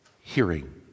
hearing